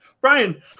Brian